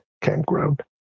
campground